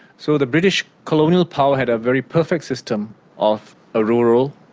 so the british colonial power had a very perfect system of a rural,